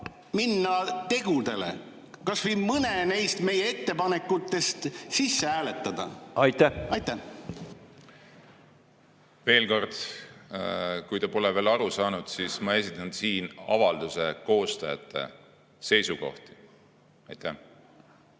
minna tegudele, kas või mõne neist meie ettepanekutest sisse hääletada? Aitäh! Aitäh! Veel kord, kui te pole aru saanud: ma esitan siin avalduse koostajate seisukohti. Veel